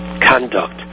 conduct